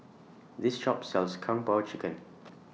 This Shop sells Kung Po Chicken